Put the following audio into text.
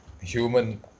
human